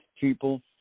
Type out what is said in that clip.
people